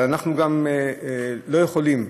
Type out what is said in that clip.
אבל אנחנו גם לא יכולים,